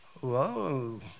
whoa